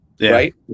right